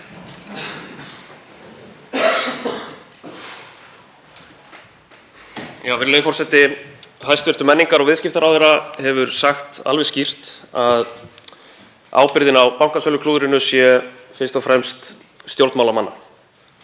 Virðulegi forseti. Hæstv. menningar- og viðskiptaráðherra hefur sagt alveg skýrt að ábyrgðin á bankasöluklúðrinu sé fyrst og fremst stjórnmálamanna,